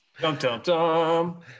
Dum-dum-dum